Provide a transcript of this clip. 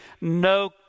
no